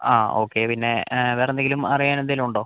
ആ ഓക്കേ പിന്നേ വേറെന്തെങ്കിലും അറിയാൻ എന്തേലും ഉണ്ടോ